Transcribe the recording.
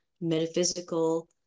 metaphysical